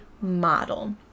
model